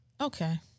Okay